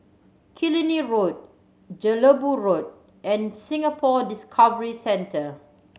Killiney Road Jelebu Road and Singapore Discovery Centre